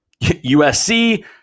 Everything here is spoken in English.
USC